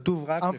כתוב רק לפי,